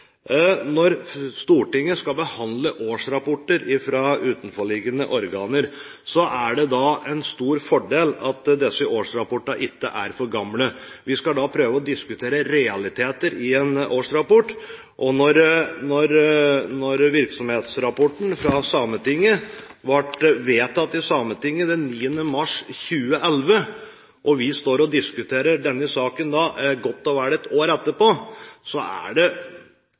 Når Stortinget skal behandle årsrapporter fra utenforliggende organer, er det en stor fordel at disse årsrapportene ikke er for gamle. Vi skal prøve å diskutere realiteter i en årsrapport, og når virksomhetsrapporten fra Sametinget ble vedtatt i Sametinget den 9. mars 2011, og vi står og diskuterer denne saken godt og vel ett år etterpå, er det